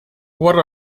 what